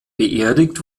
beerdigt